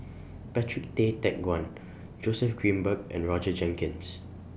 Patrick Tay Teck Guan Joseph Grimberg and Roger Jenkins